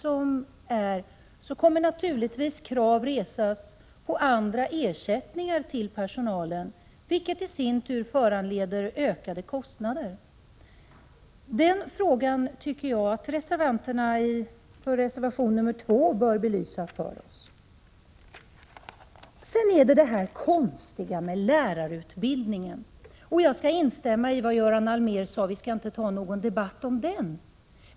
Då kommer givetvis krav att resas på ersättningar till personalen, vilket i sin tur föranleder ökade kostnader. Den frågan tycker jag att reservanterna bakom reservation 2 bör belysa för oss. Sedan är det det här konstiga med lärarutbildningen. Jag skall instämma i vad Göran Allmér sade — vi skall inte ta någon debatt om den.